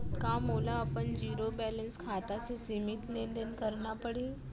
का मोला अपन जीरो बैलेंस खाता से सीमित लेनदेन करना पड़हि?